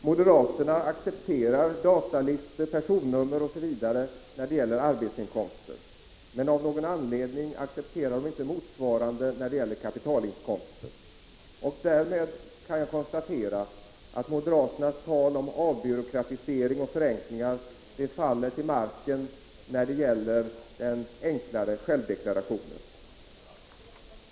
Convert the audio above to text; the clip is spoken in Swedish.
Herr talman! Moderaterna accepterar datalistor, personnummer osv. när det gäller arbetsinkomster, men av någon anledning accepterar de inte motsvarande när det gäller kapitalinkomster. Därmed kan jag konstatera att moderaternas tal om avbyråkratisering och förenklingar faller till marken när det gäller den enklare självdeklarationen.